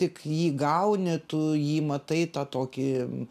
tik jį gauni tu jį matai tą tokį